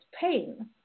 pain